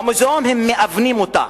במוזיאון הם מאבנים אותה.